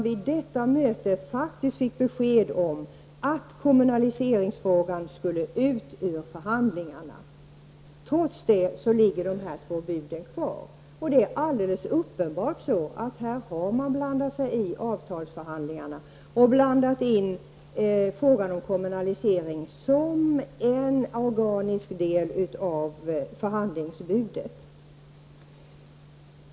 Vid detta möte fick man besked om att kommunaliseringsfrågan skulle ut ur förhandlingarna. Trots det ligger de här två buden kvar. Och då är det alldeles uppenbart att man här har blandat sig i avtalsförhandlingarna, och blandat in frågan om kommunalisering som en organisk del av förhandlingsbudet.